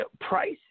Price